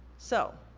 so,